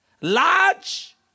Large